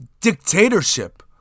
dictatorship